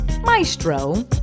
Maestro